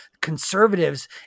conservatives